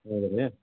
ಹೌದಾ ರೀ